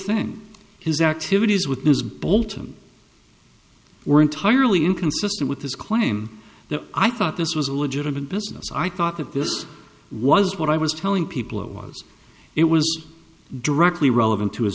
thing his activities with his bolton were entirely inconsistent with his claim that i thought this was a legitimate business i thought that this was what i was telling people was it was directly relevant to his